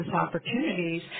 opportunities